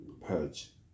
purge